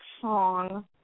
song